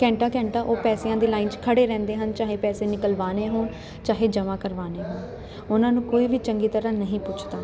ਘੰਟਾ ਘੰਟਾ ਉਹ ਪੈਸਿਆਂ ਦੀ ਲਾਈਨ 'ਚ ਖੜੇ ਰਹਿੰਦੇ ਹਨ ਚਾਹੇ ਪੈਸੇ ਨਿਕਲਵਾਉਣੇ ਹੋਣ ਚਾਹੇ ਜਮ੍ਹਾਂ ਕਰਵਾਉਣੇ ਹੋਣ ਉਹਨਾਂ ਨੂੰ ਕੋਈ ਵੀ ਚੰਗੀ ਤਰ੍ਹਾਂ ਨਹੀਂ ਪੁੱਛਦਾ